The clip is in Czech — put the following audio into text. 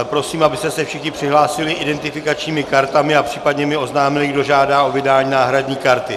Prosím, abyste se všichni přihlásili identifikačními kartami a případně mi oznámili, kdo žádá o vydání náhradní karty.